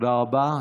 תודה רבה.